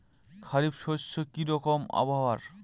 খরিফ শস্যে কি রকম আবহাওয়ার?